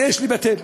ויש לבטלו.